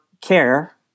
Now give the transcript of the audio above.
care